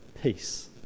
peace